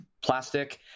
plastic